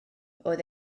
roedd